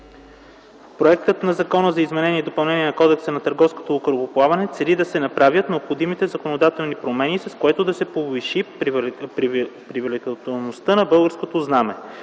Проектът на Закон за изменение и допълнение на Кодекса на търговското корабоплаване цели да се направят необходимите законодателни промени, с което да се повиши привлекателността на българското знаме.